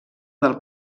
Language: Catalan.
del